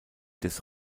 des